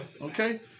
Okay